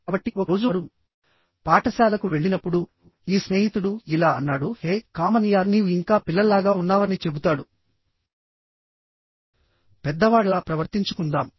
కాబట్టిఒక రోజు వారు పాఠశాలకు వెళ్లినప్పుడుఈ స్నేహితుడు ఇలా అన్నాడు హేకామన్ యార్ నీవు ఇంకా పిల్లల్లాగా ఉన్నావ ని చెబుతాడు పెద్దవాళ్లలా ప్రవర్తించుకుందాం